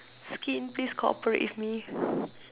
skin please cooperate with me